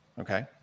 Okay